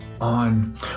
on